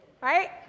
right